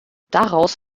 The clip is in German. daraus